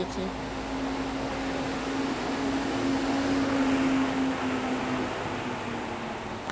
they combine they'll um mash the banana then they combine it with a thosai மாவு:maavu then they will